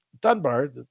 Dunbar